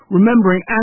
Remembering